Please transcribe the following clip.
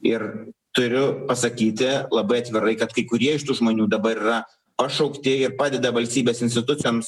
ir turiu pasakyti labai atvirai kad kai kurie iš tų žmonių dabar yra pašaukti ir padeda valstybės institucijoms